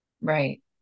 Right